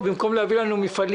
דיברתי עם משרד